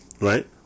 right